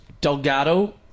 Delgado